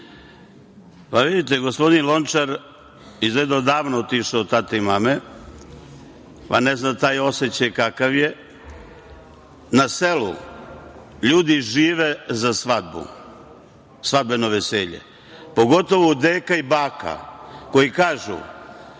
evo vidite, gospodin Lončar je izgleda odavno otišao od mame i tate, pa ne zna taj osećaj kakav je. Na selu ljudi žive za svadbu, za svadbeno veselje, pogotovu deka i baka, koji kažu